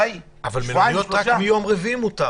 המלוניות זה רק מיום רביעי.